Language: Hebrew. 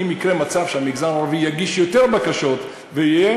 אם יקרה מצב שהמגזר הערבי יגיש יותר בקשות ויהיה,